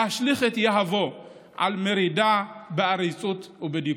להשליך את יהבו על מרידה בעריצות ובדיכוי."